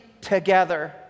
together